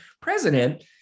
president